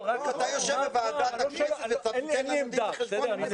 אתה יושב בוועדה, נותן לנו דין וחשבון.